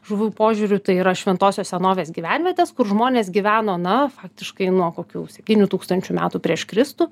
žuvų požiūriu tai yra šventosios senovės gyvenvietės kur žmonės gyveno na faktiškai nuo kokių septynių tūkstančių metų prieš kristų